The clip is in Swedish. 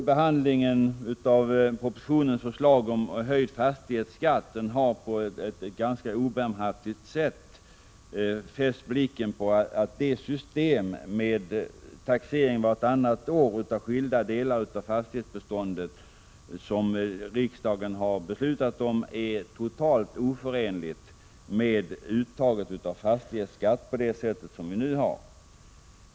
Behandlingen av propositionens förslag om höjd fastighetsskatt har på ett ganska obarmhärtigt sätt fäst blicken på att det system med taxering vartannat år av skilda delar av fastighetsbeståndet som riksdagen har beslutat om är totalt oförenligt med uttaget av fastighetsskatt på det sätt som nu sker.